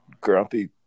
grumpy